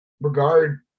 regard